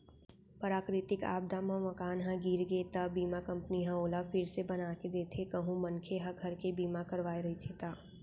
पराकरितिक आपदा म मकान ह गिर गे त बीमा कंपनी ह ओला फिर से बनाके देथे कहूं मनखे ह घर के बीमा करवाय रहिथे ता